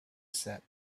said